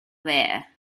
there